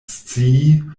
scii